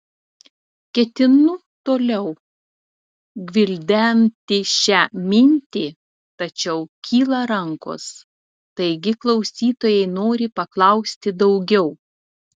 ketinu toliau gvildenti šią mintį tačiau kyla rankos taigi klausytojai nori paklausti daugiau